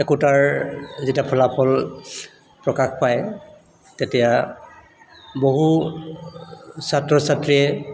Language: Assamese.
একোটাৰ যেতিয়া ফলাফল প্ৰকাশ পায় তেতিয়া বহু ছাত্ৰ ছাত্ৰীয়ে